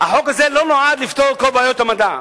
החוק הזה לא נועד לפתור את כל בעיות המדע.